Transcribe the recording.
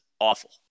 awful